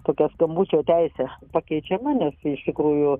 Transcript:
tokia skambučio teisė pakeičiama nes iš tikrųjų